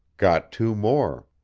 got two more.